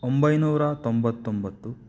ಒಂಬೈನೂರ ತೊಂಬತ್ತೊಂಬತ್ತು